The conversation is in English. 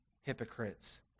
hypocrites